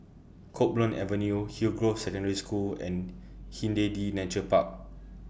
Copeland Avenue Hillgrove Secondary School and Hindhede Nature Park